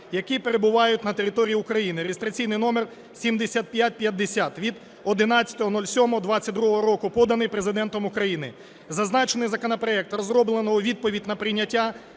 які перебувають на території України (реєстраційний номер 7550) (від 11.07.2022 року), поданий Президентом України. Зазначений законопроект розроблено у відповідь на прийняття